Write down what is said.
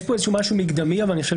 יש כאן איזשהו משהו מקדמי אבל אני חושב